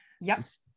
yes